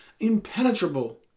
impenetrable